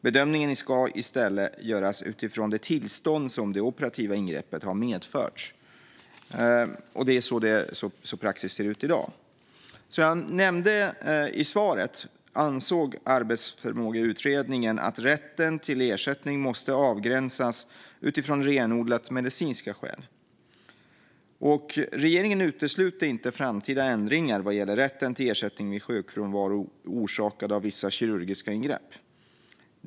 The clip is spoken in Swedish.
Bedömningen ska i stället göras utifrån det tillstånd som det operativa ingreppet har medfört. Det är så praxis ser ut i dag. Som jag nämnde i svaret ansåg Arbetsförmågeutredningen att rätten till ersättning måste avgränsas utifrån renodlat medicinska skäl. Regeringen utesluter inte framtida ändringar vad gäller rätten till ersättning vid sjukfrånvaro orsakad av vissa kirurgiska ingrepp.